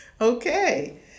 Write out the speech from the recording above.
Okay